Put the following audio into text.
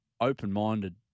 open-minded